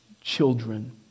children